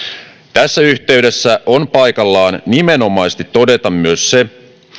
tässä yhteydessä on paikallaan nimenomaisesti todeta myös se